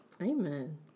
Amen